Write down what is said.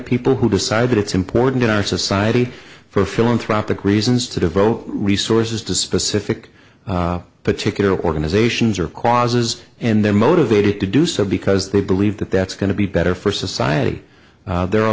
people who decide that it's important in our society for philanthropic reasons to devote resources to specific particular organizations or quasi is and they're motivated to do so because they believe that that's going to be better for society there are a